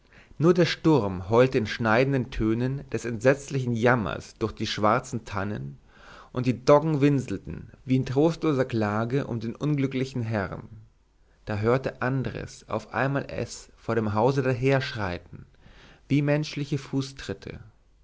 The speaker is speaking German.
nur der sturm heulte in schneidenden tönen des entsetzlichen jammers durch die schwarzen tannen und die doggen winselten wie in trostloser klage um den unglücklichen herrn da hörte andres auf einmal es vor dem hause daherschreiten wie menschliche fußtritte